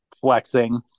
Flexing